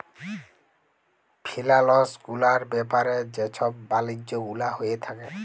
ফিলালস গুলার ব্যাপারে যে ছব বালিজ্য গুলা হঁয়ে থ্যাকে